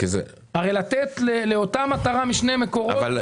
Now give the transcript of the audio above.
הרי לתת לאותה מטרה משני מקורות,